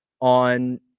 on